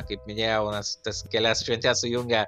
kaip minėjau nes tas kelias šventes sujungę